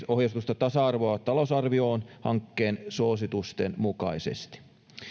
ohjeistusta tasa arvoa talousarvioon hankkeen suositusten mukaisesti